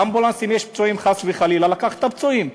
אמבולנס, אם יש פצועים חס וחלילה, לקח את הפצועים.